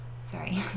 sorry